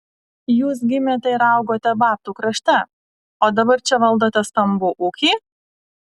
jūs gimėte ir augote babtų krašte o dabar čia valdote stambų ūkį